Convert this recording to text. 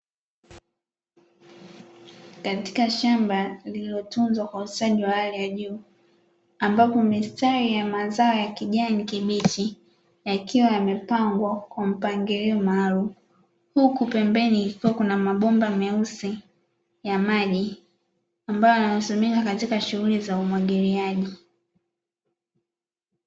Katika shamba lililotunzwa kwa ustadi wa hali ya juu ambapo mistari ya mazao ya kijani kibichi yakiwa yamepangwa kwa mpangilio maalumu, huku pembeni kukiwa na mabomba meusi ya maji ambayo yanatumika katika shughuli ya umwagiliaji.